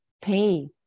pay